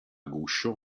guscio